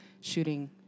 shooting